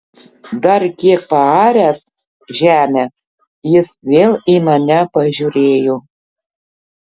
dar kiek paaręs žemę jis vėl į mane pažiūrėjo